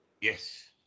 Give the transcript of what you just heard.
Yes